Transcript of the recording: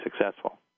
successful